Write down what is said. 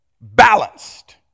balanced